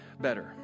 better